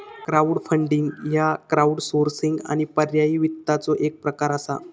crowdfunding ह्य crowdsourcing आणि पर्यायी वित्ताचो एक प्रकार असा